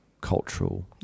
cultural